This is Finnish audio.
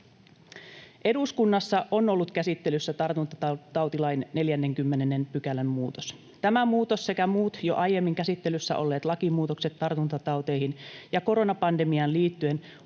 Eduskunnassa on ollut käsittelyssä tartuntatautilain 40 §:n muutos. Tämä muutos sekä muut jo aiemmin käsittelyssä olleet lakimuutokset tartuntatauteihin ja koronapandemiaan liittyen